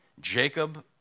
Jacob